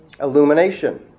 Illumination